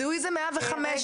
זיהוי זה 105 שמתריעים.